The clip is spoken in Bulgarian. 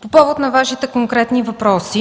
По повод на Вашия конкретен въпрос